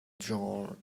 genre